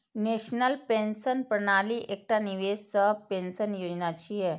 national pension प्रणाली एकटा निवेश सह पेंशन योजना छियै